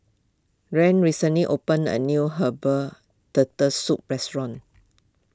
Rhys Recently opened a new Herbal Turtle Soup restaurant